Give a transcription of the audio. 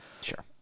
sure